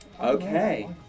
Okay